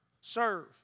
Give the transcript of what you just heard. serve